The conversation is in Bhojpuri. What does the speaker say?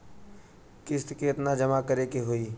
किस्त केतना जमा करे के होई?